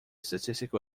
statistical